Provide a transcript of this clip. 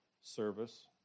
service